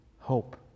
hope